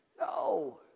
No